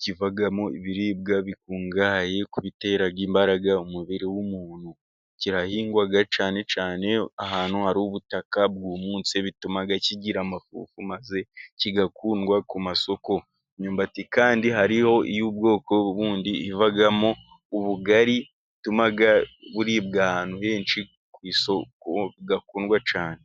kibamo ibiribwa bikungahaye, ku bitera imbaraga umubiri w'umuntu, kirahingwa cyane cyane ahantu hari ubutaka bwumutse, bituma kigira amafufu maze kigakundwa ku masoko, imyumbati kandi hariho iy'ubwoko bundi ivamo ubugari butuma buribwa, ahantu henshi ku isoko irakundwa cyane.